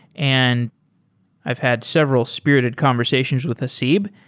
and i've had several spirited conversations with haseeb.